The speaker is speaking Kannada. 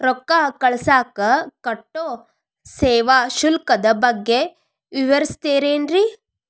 ರೊಕ್ಕ ಕಳಸಾಕ್ ಕಟ್ಟೋ ಸೇವಾ ಶುಲ್ಕದ ಬಗ್ಗೆ ವಿವರಿಸ್ತಿರೇನ್ರಿ?